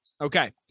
Okay